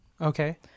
Okay